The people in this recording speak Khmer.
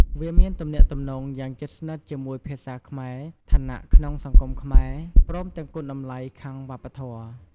វាមានទំនាក់ទំនងយ៉ាងជិតស្និទ្ធជាមួយភាសាខ្មែរ ឋានៈក្នុងសង្គមខ្មែរ ព្រមទាំងគុណតម្លៃខាងវប្បធម៌។